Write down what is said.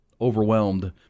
overwhelmed